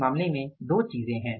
इस मामले में दो चीजें हैं